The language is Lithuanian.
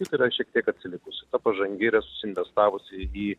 kita yra šiek tiek atsilikusi ta pažangi yra susinvestavusi į